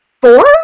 Four